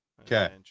Okay